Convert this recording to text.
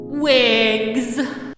Wigs